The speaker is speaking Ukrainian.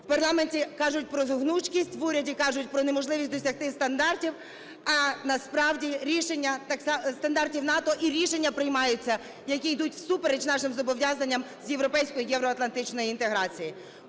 В парламенті кажуть про гнучкість, в уряді кажуть про неможливість досягти стандартів, а насправді рішення... стандартів НАТО, і рішення приймаються, які йдуть всупереч нашим зобов'язанням з європейської і євроатлантичної інтеграції.